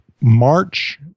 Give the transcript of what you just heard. march